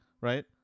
right